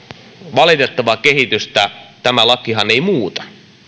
valitettavaa kehitystähän tämä laki ei muuta